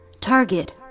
Target